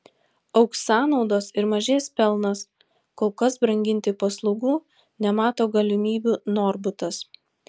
augs sąnaudos ir mažės pelnas kol kas branginti paslaugų nemato galimybių norbutas